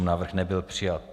Návrh nebyl přijat.